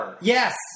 Yes